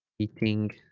eating